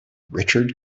richard